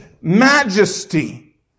majesty